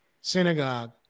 synagogue